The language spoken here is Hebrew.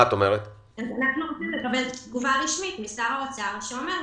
אנחנו רוצים לקבל תגובה רשמית משר האוצר שאומר זאת.